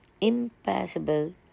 impassable